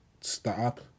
stop